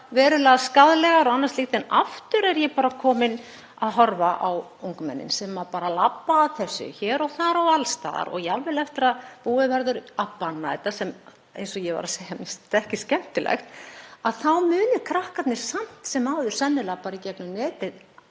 verulega skaðlegar og annað en aftur kem ég að því að horfa á ungmennin sem labba að þessu hér og þar og alls staðar. Og jafnvel eftir að búið verður að banna þetta, og eins og ég var að segja, mér finnst þetta ekki skemmtilegt, þá muni krakkarnir samt sem áður sennilega bara í gegnum netið